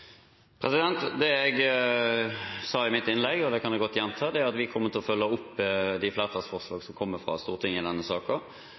Det jeg sa i mitt innlegg, og det kan jeg godt gjenta, er at vi fra regjeringens side kommer til å følge opp de